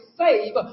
save